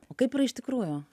o kaip yra iš tikrųjų